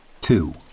Two